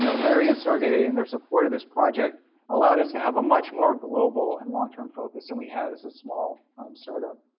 you know larry and sergey and their support of this project allowed us to have a much more global and long term focus than we had as a small start up.